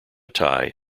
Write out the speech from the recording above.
tie